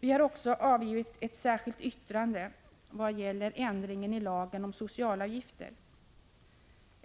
Vi har också avgivit ett särskilt yttrande vad gäller ändring i lagen om socialavgifter.